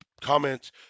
comments